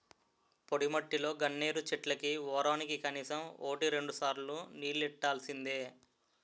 పొడిమట్టిలో గన్నేరు చెట్లకి వోరానికి కనీసం వోటి రెండుసార్లు నీల్లెట్టాల్సిందే